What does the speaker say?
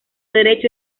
derecho